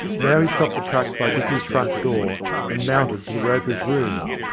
now he stopped the truck by dicky's front door and mounted to the ropers' room.